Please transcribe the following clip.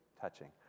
touching